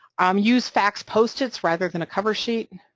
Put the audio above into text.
um use fax post-its rather than a cover sheet,